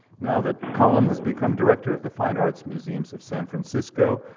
now that collin has become director of the fine arts museums of san francisco,